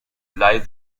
lies